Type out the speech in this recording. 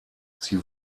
sie